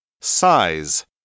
size